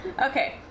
Okay